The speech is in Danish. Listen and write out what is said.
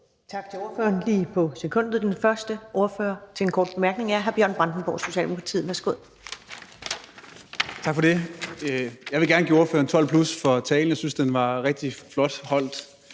Tak til ordføreren. Det var lige på sekundet. Den første ordfører til en kort bemærkning er hr. Bjørn Brandenborg, Socialdemokratiet. Værsgo. Kl. 14:12 Bjørn Brandenborg (S): Tak for det. Jeg vil gerne give ordføreren 12+ for talen. Jeg synes, den var rigtig flot holdt.